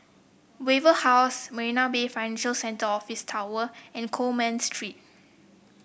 Wave House Marina Bay Financial Centre and Office Tower and Coleman Street